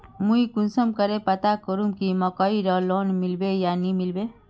मुई कुंसम करे पता करूम की मकईर लोन मिलबे या नी मिलबे?